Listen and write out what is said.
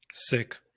Sick